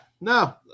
no